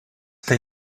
they